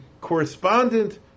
correspondent